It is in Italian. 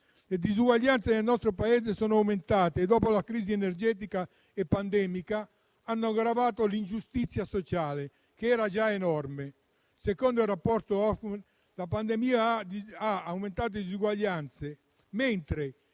Le disuguaglianze nel nostro Paese sono aumentate e, dopo la crisi energetica e pandemica, hanno aggravato l'ingiustizia sociale, che era già enorme. Secondo il rapporto Oxfam, la pandemia ha aumentato le disuguaglianze, mentre